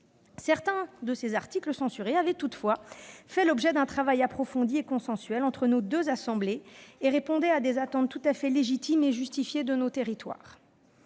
Certains articles censurés avaient toutefois fait l'objet d'un travail approfondi et consensuel entre nos deux assemblées et répondaient à des attentes tout à fait légitimes et justifiées de nos territoires.